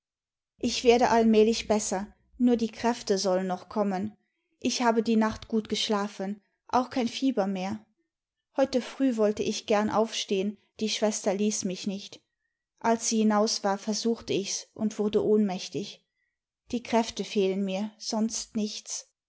ich werde allmählich besser nur die kräfte sollen noch kommen ich habe die nacht gut geschlafen auch kein fieber mehr heute früh wollte ich gern aufstehen die schwester ließ mich nicht als sie hinaus war versuchte ich's und wurde ohnmächtig die kräfte fehlen mir sonst nichts